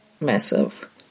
massive